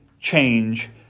change